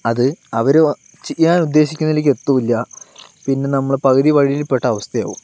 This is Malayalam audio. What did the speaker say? അത് അവർ ചെയ്യാൻ ഉദ്ദേശിക്കുന്നതിലേക്ക് എത്തുകയുമില്ല പിന്നെ നമ്മള് പകുതി വഴിയിൽപ്പെട്ട അവസ്ഥയാവും